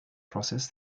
process